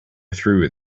through